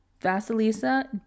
Vasilisa